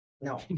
No